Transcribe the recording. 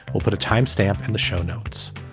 we'll put a time stamp in the show notes.